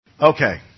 Okay